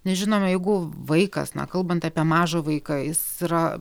nes žinom jeigu vaikas na kalbant apie mažą vaiką jis yra